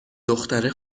دختره